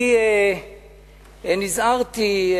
אני נזהרתי,